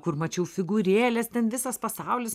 kur mačiau figūrėlės ten visas pasaulis